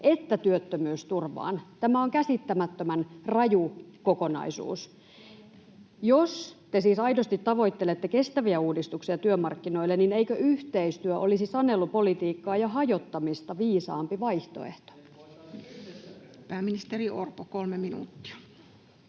että työttömyysturvaan, niin tämä on käsittämättömän raju kokonaisuus. Jos te siis aidosti tavoittelette kestäviä uudistuksia työmarkkinoille, niin eikö yhteistyö olisi sanelupolitiikkaa ja hajottamista viisaampi vaihtoehto? [Ben Zyskowicz: Että